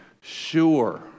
sure